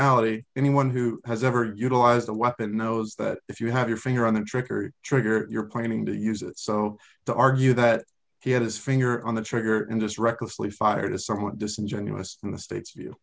y anyone who has ever utilized a weapon knows that if you have your finger on the trickery trigger you're planning to use it so to argue that he had his finger on the trigger in this recklessly fired is somewhat disingenuous in the states you